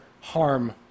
harm